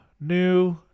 new